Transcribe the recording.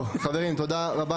טוב חברים אני מודה לכולם,